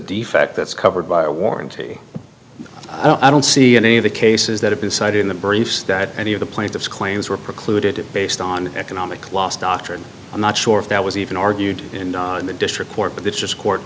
defect that's covered by a warranty and i don't see any of the cases that have decided in the briefs that any of the plaintiffs claims were precluded based on economic loss doctrine i'm not sure if that was even argued in the district court but that's just court